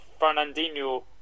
Fernandinho